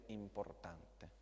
importante